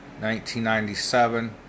1997